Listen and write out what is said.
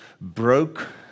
broke